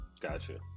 Gotcha